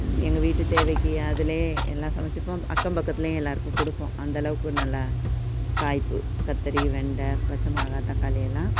எங்கள் வீட்டு தேவைக்கு அதுல எல்லாம் சமைச்சிப்போம் அக்கம் பக்கத்துலையும் எல்லாருக்கும் கொடுப்போம் அந்தளவுக்கு நல்லா காய்ப்பு கத்திரி வெண்டை பச்சமிளகா தக்காளி எல்லாம்